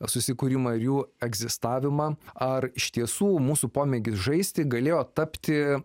susikūrimą ir jų egzistavimą ar iš tiesų mūsų pomėgis žaisti galėjo tapti